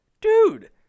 dude